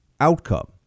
outcome